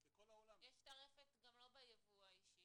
זה בכל העולם --- יש טרפת גם לא ביבוא האישי,